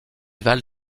valent